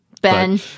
Ben